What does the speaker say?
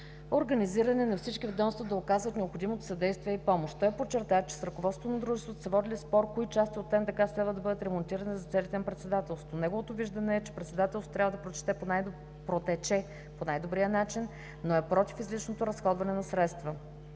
организиране на всички ведомства да оказват необходимото съдействие и помощ. Той подчерта, че с ръководството на Дружеството са водили спор кои части от НДК следва да бъдат ремонтирани за целите на председателството. Неговото виждане е, че председателството трябва да протече по най-добрия начин, но е против излишното разходване на средства.